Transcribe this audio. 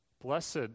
Blessed